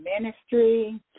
ministry